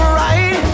right